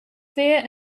fear